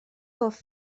hoff